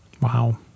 Wow